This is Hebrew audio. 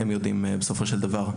הם יודעים, בסופו של דבר,